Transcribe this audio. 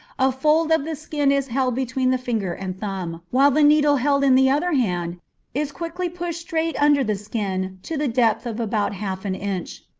a fold of the skin is held between the finger and thumb, while the needle held in the other hand is quickly pushed straight under the skin to the depth of about half an inch.